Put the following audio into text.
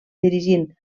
dirigint